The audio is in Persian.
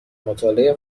مطالعه